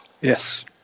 Yes